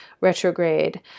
retrograde